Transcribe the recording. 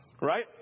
right